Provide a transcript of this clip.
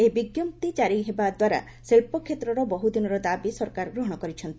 ଏହି ବିଜ୍ଞପ୍ତି କାରି ହେବା ଦ୍ୱାରା ଶିଳ୍ପ କ୍ଷେତ୍ରର ବହ୍ରଦିନର ଦାବି ସରକାର ଗ୍ରହଣ କରିଛନ୍ତି